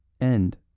End